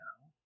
now